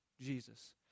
Jesus